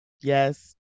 Yes